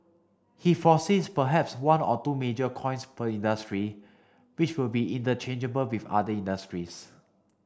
he foresees perhaps one or two major coins per industry which will be interchangeable with other industries